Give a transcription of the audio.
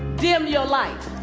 dim your light.